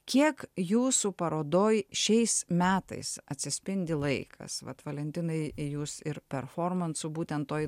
kiek jūsų parodoj šiais metais atsispindi laikas vat valentinai jūs ir performansų būtent toj